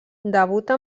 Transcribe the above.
debuta